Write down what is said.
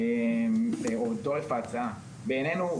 בעינינו,